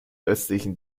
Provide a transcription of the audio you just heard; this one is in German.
östlichen